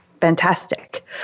Fantastic